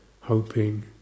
hoping